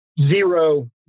zero